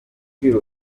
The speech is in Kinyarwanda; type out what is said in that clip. rwego